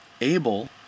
Abel